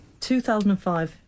2005